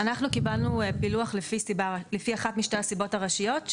אנחנו קיבלנו פילוח לפי אחת משתי הסיבות הראשיות,